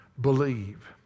believe